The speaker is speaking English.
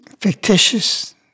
fictitious